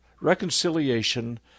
reconciliation